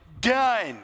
Done